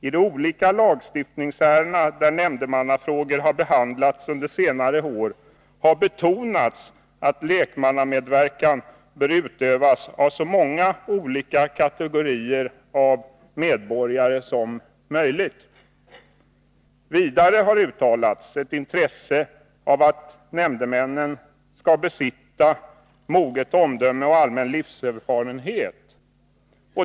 I de olika lagstiftningsärenden där nämndemannafrågor har behandlats under senare år har betonats att lekmannamedverkan bör utövas av så många olika kategorier av medborgare som möjligt. Vidare har uttalats ett intresse av att nämndemännen skall besitta moget omdöme och allmän livserfarenhet.